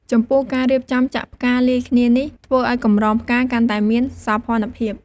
ចំពោះ ការរៀបចំចាក់ផ្កាលាយគ្នានេះធ្វើឲ្យកម្រងផ្កាកាន់តែមានសោភ័ណភាព។